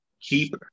keep